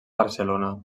barcelona